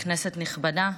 כנסת נכבדה,